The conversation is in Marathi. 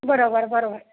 बरोबर बरोबर